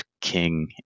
king